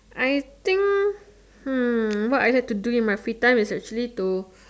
I think hmm what I like to do in my free time is actually to